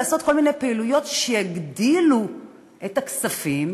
לעשות כל מיני פעילויות שיגדילו את הכספים,